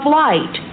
light